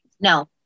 no